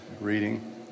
reading